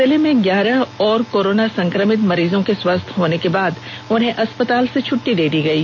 जिले में ग्यारह और कोरोना संक्रमित मरीजों के स्वस्थ होने के बाद उन्हें अस्पताल से छुट्टी दे दी गयी